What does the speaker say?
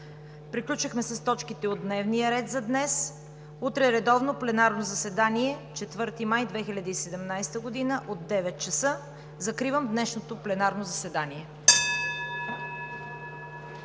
Приключихме с точките от дневния ред за днес. Утре редовно пленарно заседание, 4 май 2017 г., от 9,00 ч. Закривам днешното пленарно заседание.